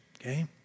Okay